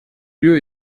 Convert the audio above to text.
lieu